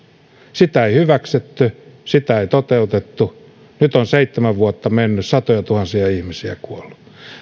sitä ei hyväksytty sitä ei toteutettu nyt on seitsemän vuotta mennyt satojatuhansia ihmisiä kuollut